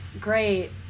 great